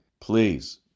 please